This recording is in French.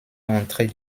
l’entrée